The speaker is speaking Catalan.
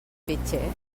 pitxer